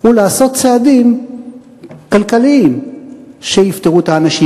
היא לעשות צעדים כלכליים שיפטרו את האנשים